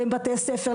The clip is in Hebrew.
בין בתי ספר,